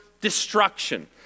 destruction